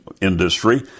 industry